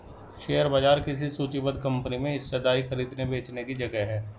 share बाजार किसी सूचीबद्ध कंपनी में हिस्सेदारी खरीदने बेचने की जगह है